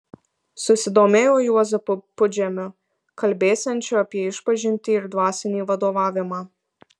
susidomėjo juozapu pudžemiu kalbėsiančiu apie išpažintį ir dvasinį vadovavimą